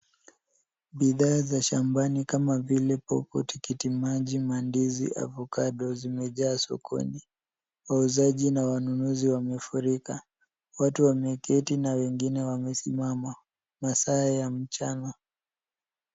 Bidhaa za shambani kama vile pawpaw , tikitimaji, mandizi, avokado zimejaa sokoni. Wauzaji na wanunuzi wamefurika. Watu wameketi na wengine wamesimama. Masaa ya mchana.